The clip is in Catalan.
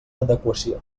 adequació